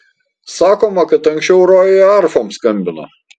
sakoma kad anksčiau rojuje arfom skambino